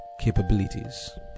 capabilities